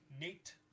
nate